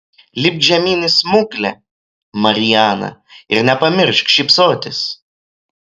lipk žemyn į smuklę mariana ir nepamiršk šypsotis